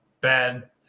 bad